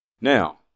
Now